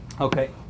Okay